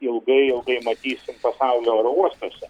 ilgai ilgai matysim pasaulio oro uostuose